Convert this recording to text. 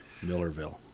Millerville